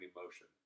emotion